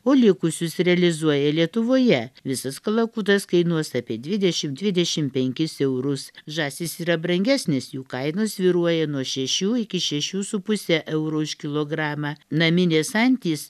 o likusius realizuoja lietuvoje visas kalakutas kainuos apie dvidešimt dvidešimt penkis eurus žąsis yra brangesnės jų kainos svyruoja nuo šešių iki šešių su puse euro už kilogramą naminės antys